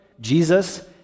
Jesus